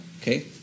Okay